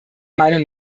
meinung